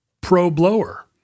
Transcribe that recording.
pro-blower